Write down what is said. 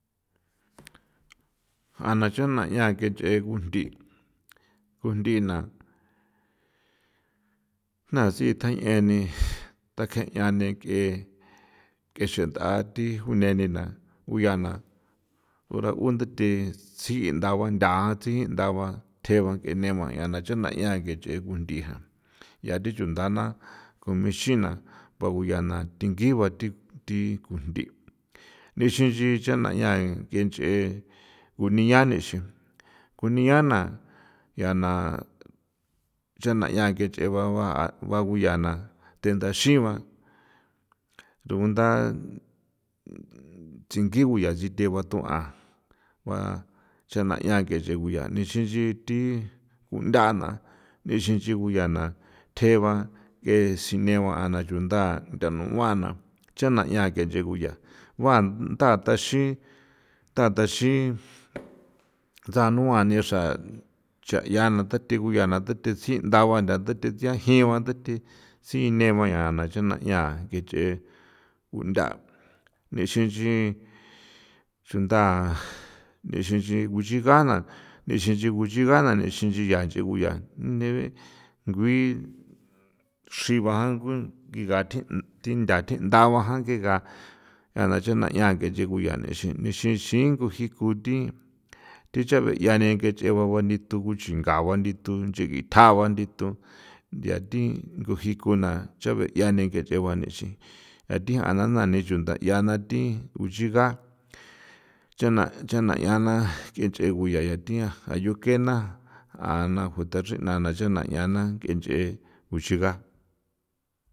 Ja naa chjuna ke nche jassi tjaneni dakeani ke ke xen tha thi jineni u yaa naa ura unda the tsji ni undagua ntha ngua tjeba ni a naa ke nche kundi ncha di thi chunda na k ixin na ko yaa thi ngiva nixinxi chja ba ncha ke nchee kunia ixin kunia a naa ncha na chjana ncha ke nche ba ja baku nchaa na nda xii ba rugunda tsjingii ko yaa thja ngua chjana ke nche ku yaa xin nchi thi nda na nixinxi na ku yaa naa thje ba ke sine ba chunda nua na chjana jia ke nche ku yaa gua ntha taaxi nda taaxi nda nua nixra cha nyaa na thja thje thin ndagua thja thje jian sine ba yaa ncha jinche kunda nixinxi chunda nixinxi kuxi jaana nixinxi nche ku yaa thinda thje ndagua ke ka ncha na nche ko yaa nixinxi jii ko thi thi chja ncha ne ke nche ko yaa ngani thoo ko chingagua tu nchi ni taogua ni thjo ncha thi ko jii ku naa chabee ngani thi ncheba ncha thi jaana nanii chunda ncha na thi uchiga chana uthiga ke nche ku yaa jaa yoo ke naa jaa naa kuthachrji nana chana nchana ke nche kuxiga.